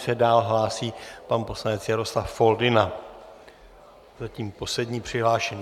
Do ní se dál hlásí pan poslanec Jaroslav Foldyna, zatím poslední přihlášený.